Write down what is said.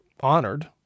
honored